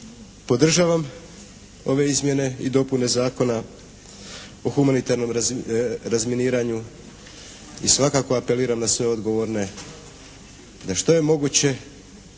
podržavam ove izmjene i dopune Zakona o humanitarnom razminiranju i svakako apeliram na sve odgovorne da što je moguće